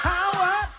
Power